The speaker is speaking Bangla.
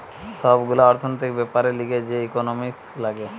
সব গুলা অর্থনৈতিক বেপারের লিগে যে ইকোনোমিক্স লাগে